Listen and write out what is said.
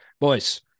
boys